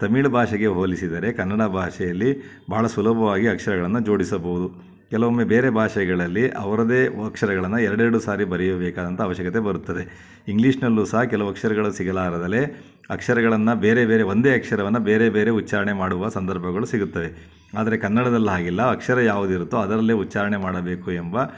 ತಮಿಳು ಭಾಷೆಗೆ ಹೋಲಿಸಿದರೆ ಕನ್ನಡ ಭಾಷೆಯಲ್ಲಿ ಭಾಳ ಸುಲಭವಾಗಿ ಅಕ್ಷರಗಳನ್ನು ಜೋಡಿಸಬಹುದು ಕೆಲವೊಮ್ಮೆ ಬೇರೆ ಭಾಷೆಗಳಲ್ಲಿ ಅವರದ್ದೇ ಅಕ್ಷರಗಳನ್ನು ಎರಡೆರಡು ಸಾರಿ ಬರೆಯಬೇಕಾದಂಥ ಅವಶ್ಯಕತೆ ಬರುತ್ತದೆ ಇಂಗ್ಲೀಷ್ನಲ್ಲೂ ಸಹ ಕೆಲವು ಅಕ್ಷರಗಳು ಸಿಗಲಾರದೆ ಅಕ್ಷರಗಳನ್ನು ಬೇರೆ ಬೇರೆ ಒಂದೇ ಅಕ್ಷರವನ್ನು ಬೇರೆ ಬೇರೆ ಉಚ್ಚಾರಣೆ ಮಾಡುವ ಸಂದರ್ಭಗಳು ಸಿಗುತ್ತವೆ ಆದರೆ ಕನ್ನಡದಲ್ಲಿ ಹಾಗಿಲ್ಲ ಅಕ್ಷರ ಯಾವುದಿರುತ್ತೋ ಅದರಲ್ಲೇ ಉಚ್ಚಾರಣೆ ಮಾಡಬೇಕು ಎಂಬ